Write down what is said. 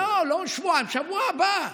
לא שבועיים, בשבוע הבא.